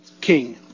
king